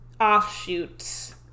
offshoots